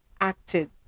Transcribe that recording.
acted